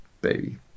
baby